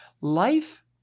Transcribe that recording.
Life